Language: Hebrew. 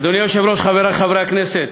אדוני היושב-ראש, חברי חברי הכנסת,